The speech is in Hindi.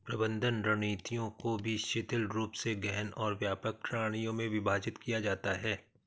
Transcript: प्रबंधन रणनीतियों को भी शिथिल रूप से गहन और व्यापक प्रणालियों में विभाजित किया जाता है